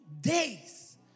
days